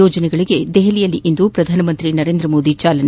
ಯೋಜನೆಗಳಿಗೆ ದೆಹಲಿಯಲ್ಲಿಂದು ಪ್ರಧಾನಮಂತ್ರಿ ನರೇಂದ್ರ ಮೋದಿ ಚಾಲನೆ